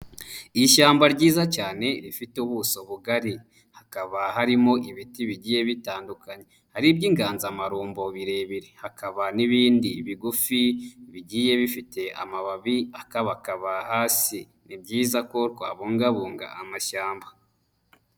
Ishyamba ryiza cyane rifite ubuso bugari hakaba harimo ibiti bigiye bitandukanye, hari iby'inganzamarumbo birebire hakaba n'ibindi bigufi bigiye bifite amababi akabakaba hasi, ni byiza ko twabungabunga amashyamba.